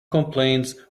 complaints